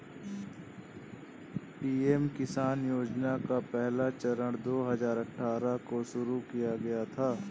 PM किसान योजना का पहला चरण दो हज़ार अठ्ठारह को शुरू किया गया था